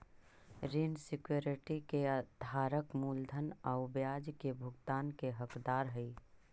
ऋण सिक्योरिटी के धारक मूलधन आउ ब्याज के भुगतान के हकदार हइ